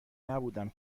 نبودم